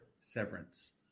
Severance